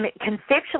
conceptually